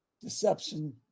deception